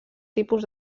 tipus